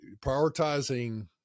prioritizing